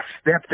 stepped